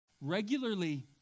Regularly